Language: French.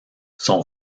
son